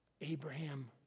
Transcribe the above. Abraham